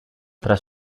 tras